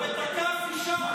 ותקף אישה.